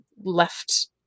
left